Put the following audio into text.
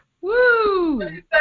Woo